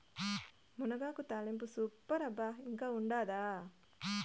మునగాకు తాలింపు సూపర్ అబ్బా ఇంకా ఉండాదా